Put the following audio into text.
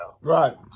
Right